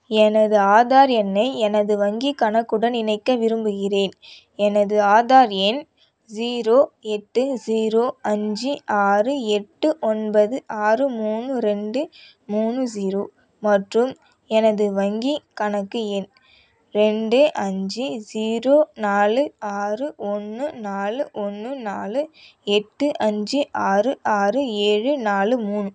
எனது ஆதார் எண்ணை எனது வங்கிக் கணக்குடன் இணைக்க விரும்புகிறேன் எனது ஆதார் எண் ஜீரோ எட்டு ஜீரோ அஞ்சு ஆறு எட்டு ஒன்பது ஆறு மூணு ரெண்டு மூணு ஜீரோ மற்றும் எனது வங்கிக் கணக்கு எண் ரெண்டு அஞ்சு ஜீரோ நாலு ஆறு ஒன்று நாலு ஒன்று நாலு எட்டு அஞ்சு ஆறு ஆறு ஏழு நாலு மூணு